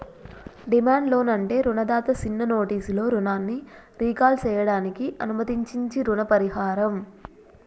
demand loan అంటే రుణదాత సిన్న నోటీసులో రుణాన్ని రీకాల్ సేయడానికి అనుమతించించీ రుణ పరిహారం